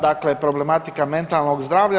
Dakle, problematika mentalnog zdravlja.